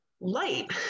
light